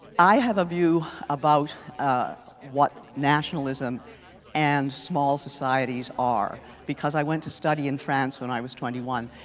i have a view about what nationalism and small societies are. because i went to study in france when i was twenty one.